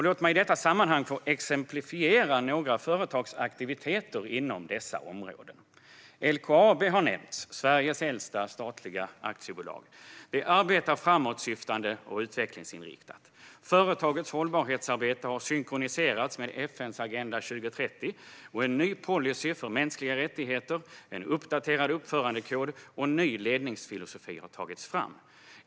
Låt mig i detta sammanhang få exemplifiera några företags aktiviteter inom dessa områden. LKAB, Sveriges äldsta statliga bolag, arbetar framåtsyftande och utvecklingsinriktat. Företagets hållbarhetsarbete har synkroniserats med FN:s Agenda 2030, och en ny policy för mänskliga rättigheter, en uppdaterad uppförandekod och ny ledningsfilosofi har tagits fram.